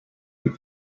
good